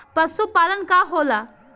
पशुपलन का होला?